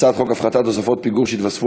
הצעת חוק הפחתת תוספות פיגור שהתווספו